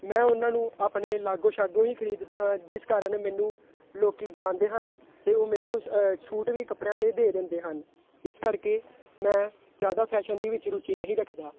ਮੈਂ ਉਹਨਾਂ ਨੂੰ ਆਪਣੇ ਲਾਗੋਂ ਸ਼ਾਗੋਂ ਹੀ ਖਰੀਦਦਾ ਹਾਂ ਜਿਸ ਕਾਰਨ ਮੈਨੂੰ ਲੋਕ ਜਾਣਦੇ ਹਨ ਅਤੇ ਉਹ ਮੈਨੂੰ ਸ ਛੂਟ ਵੀ ਕੱਪੜਿਆਂ 'ਤੇ ਦੇ ਦਿੰਦੇ ਹਨ ਇਸ ਕਰਕੇ ਮੈਂ ਜ਼ਿਆਦਾ ਫ਼ੈਸ਼ਨ ਦੇ ਵਿੱਚ ਰੁਚੀ ਨਹੀਂ ਰੱਖਦਾ